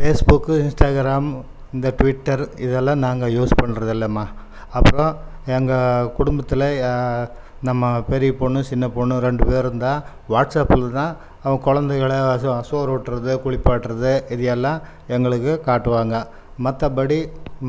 Facebook Instagram இந்த Twitter இதெல்லாம் நாங்க யூஸ் பண்றதில்லைம்மா அப்புறோம் எங்கள் குடும்பத்தில் நம்ம பெரிய பெண்ணு சின்ன பெண்ணு ரெண்டு பேரும்தான் வாட்ஸப்பில்தான் அவள் குழந்தைங்கள சோ சோறூட்டுறது குளிப்பாட்டுறது இது எல்லாம் எங்களுக்கு காட்டுவாங்க மற்றபடி